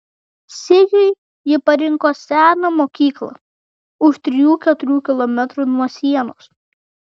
sigiui ji parinko seną mokyklą už trijų keturių kilometrų nuo sienos